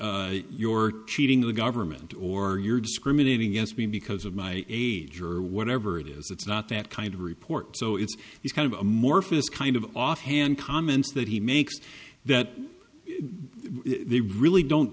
you're cheating the government or you're discriminating against me because of my age or whatever it is it's not that kind of report so it's these kind of amorphous kind of offhand comments that he makes that they really don't